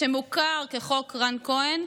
שמוכר כחוק רן כהן,